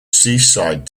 seaside